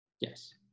Yes